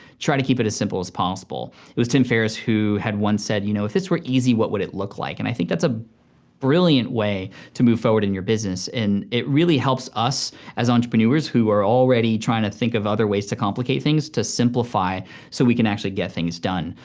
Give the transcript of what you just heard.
try to keep it as simple as possible. it was tim ferriss who had once said, you know, if this were easy what would it look like? and i think that's a brilliant way to move forward in your business, and it really helps us as entrepreneurs who are already trying to think of other ways to complicate things to simplify so we can actually get things done.